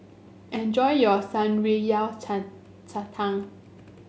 enjoy your shan rui Yao Cai cai tang